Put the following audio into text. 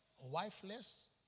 wifeless